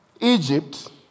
Egypt